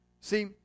See